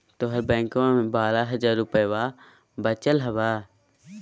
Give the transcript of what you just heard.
तोहर बैंकवा मे बारह हज़ार रूपयवा वचल हवब